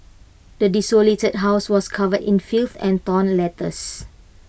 the desolated house was covered in filth and torn letters